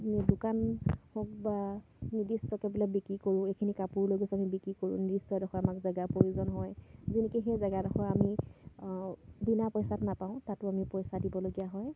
এই দোকান হওক বা নিৰ্দিষ্টকেবিলাক বিক্ৰী কৰোঁ এইখিনি কাপোৰ লৈ গৈছোঁ আমি বিক্ৰী কৰোঁ নিৰ্দিষ্ট এডোখৰ আমাক জেগাৰ প্ৰয়োজন হয় যি নেকি সেই জেগাডোখৰ আমি বিনা পইচাত নাপাওঁ তাতো আমি পইচা দিবলগীয়া হয়